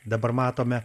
dabar matome